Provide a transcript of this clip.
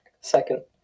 Second